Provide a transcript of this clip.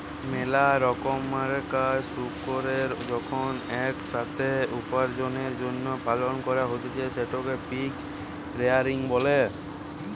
মেলা রোকমকার শুকুরকে যখন এক সাথে উপার্জনের জন্য পালন করা হতিছে সেটকে পিগ রেয়ারিং বলে